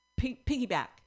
piggyback